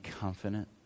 confident